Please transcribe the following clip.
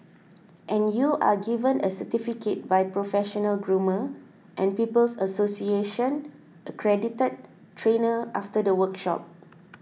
and you are given a certificate by professional groomer and People's Association accredited trainer after the workshop